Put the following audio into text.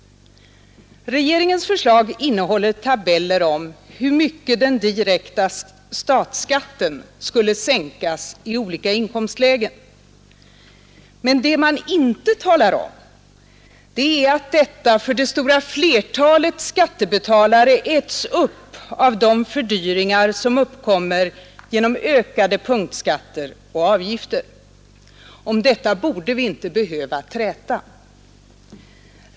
Regeringens förslag innehåller tabeller om hur mycket den direkta statsskatten skulle sänkas i olika inkomstlägen, men det man inte talar om är att detta för det stora flertalet skattebetalare äts upp av de fördyringar som uppkommer genom ökade punktskatter och avgifter. Om detta borde vi inte behöva träta.